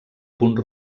punt